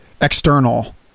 external